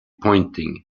pointing